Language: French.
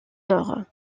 nord